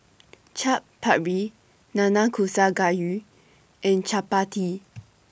Chaat Papri Nanakusa Gayu and Chapati